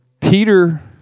Peter